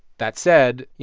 that said, you